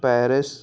Paris